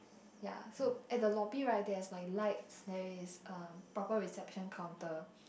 ya so at the lobby right there is like lights there is a proper reception counter